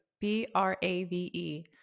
B-R-A-V-E